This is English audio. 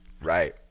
right